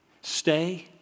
Stay